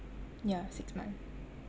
yah six month